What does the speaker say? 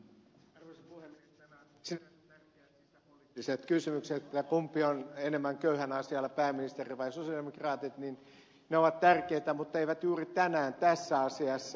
nämä sinänsä tärkeät sisäpoliittisen kysymykset kumpi on enemmän köyhän asialla pääministeri vai sosialidemokraatit ovat tärkeitä mutta eivät juuri tänään tässä asiassa